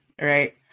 right